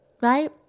Right